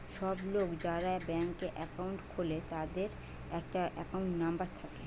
সব লোক যারা ব্যাংকে একাউন্ট খুলে তাদের একটা একাউন্ট নাম্বার থাকে